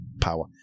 power